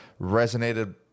resonated